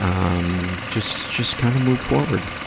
um, just, just kind of move forward.